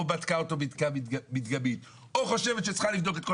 בדקה אותו בדיקה מדגמית או חושבת שצריך לבדוק את כל